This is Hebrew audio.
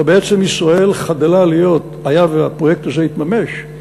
אלא ישראל חדלה להיות, היה והפרויקט הזה יתממש,